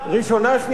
שנייה ושלישית,